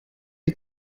die